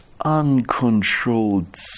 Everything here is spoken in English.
uncontrolled